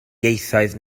ieithoedd